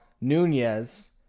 Nunez